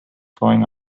going